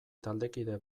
taldekide